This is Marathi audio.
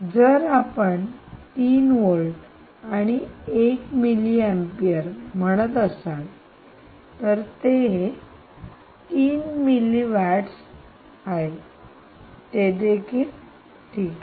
जर आपण 3 व्होल्ट आणि 1 मिली अम्पियर म्हणत असाल तर ते 3 मिलिवॅट्स आहे ते देखील ठीक आहे